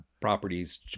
properties